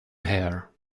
hair